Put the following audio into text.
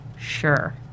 sure